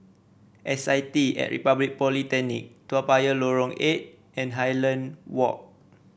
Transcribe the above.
S I T at Republic Polytechnic Toa Payoh Lorong Eight and Highland Walk